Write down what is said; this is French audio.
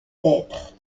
d’être